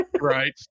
Right